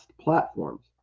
platforms